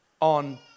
on